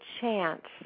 chance